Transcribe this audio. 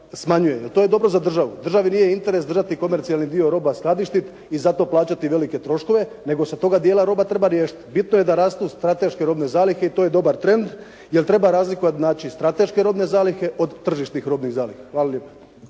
smanjuje. To je dobro za državu. Državi nije interes držati komercijalni dio roba u skladištu i zato plaćati velike troškove nego se toga dijela robe treba riješiti. Bitno je da rastu strateške robne zalihe i to je dobar trend jer treba razlikovati znači strateške robne zalihe od tržišnih robnih zaliha. Hvala lijepa.